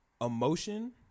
emotion